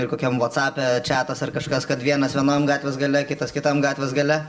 ir kokiam vatsape čiatas ar kažkas kad vienas vienam gatvės gale kitas kitam gatvės gale